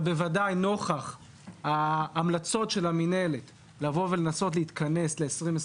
נוכח המלצות המינהלת לבוא ולהתכנס ל-2029,